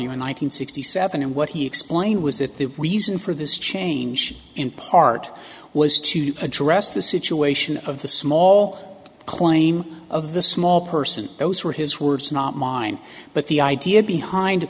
hundred sixty seven and what he explained was that the reason for this change in part was to address the situation of the small claim of the small person those were his words not mine but the idea behind